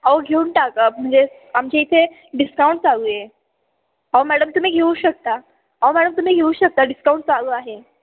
अहो घेऊन टाका म्हणजे आमच्या इथे डिस्काऊंट चालू आहे अहो मॅडम तुम्ही घेऊ शकता अहो मॅडम तुम्ही घेऊ शकता डिस्काउंट चालू आहे